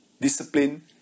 discipline